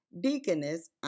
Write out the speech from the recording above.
Deaconess